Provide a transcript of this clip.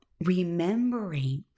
remembering